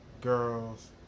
girls